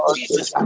Jesus